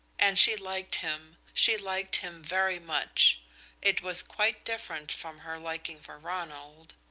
and she liked him she liked him very much it was quite different from her liking for ronald.